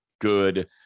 good